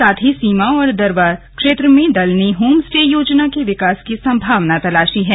साथ ही सीमा और दरवा क्षेत्र में दल ने होम स्टे योजना के विकास की सम्भावना तलाशी है